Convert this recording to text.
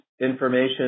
information